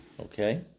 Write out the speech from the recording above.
Okay